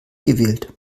gewählt